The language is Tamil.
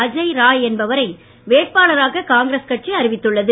அஜய் ராய் என்பவரை வேட்பாளராக காங்கிரஸ் கட்சி அறிவித்துள்ளது